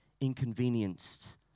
Inconvenienced